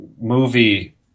movie